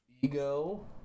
Ego